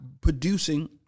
producing